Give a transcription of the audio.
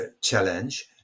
challenge